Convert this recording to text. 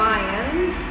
Lions